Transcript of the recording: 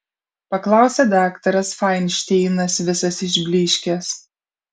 paklausė daktaras fainšteinas visas išblyškęs